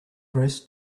dress